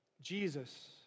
Jesus